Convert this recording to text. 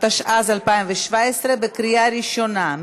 התשע"ז 2017, בקריאה ראשונה.